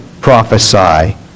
prophesy